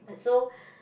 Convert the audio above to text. and so